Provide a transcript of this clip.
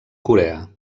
corea